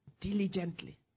Diligently